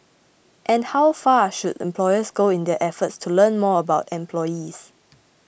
and how far should employers go in their efforts to learn more about employees